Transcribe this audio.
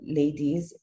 ladies